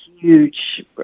huge